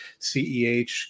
CEH